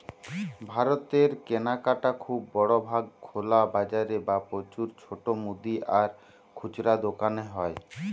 ভারতের কেনাকাটা খুব বড় ভাগ খোলা বাজারে বা প্রচুর ছোট মুদি আর খুচরা দোকানে হয়